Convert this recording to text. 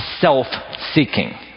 self-seeking